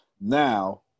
Now